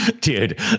Dude